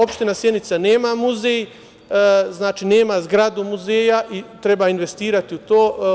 Opština Sjenica nema muzej, nema zgradu muzeja i treba investirati u to.